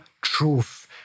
truth